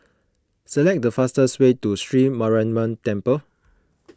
select the fastest way to Sri Mariamman Temple